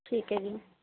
ਠੀਕ ਹੈ ਜੀ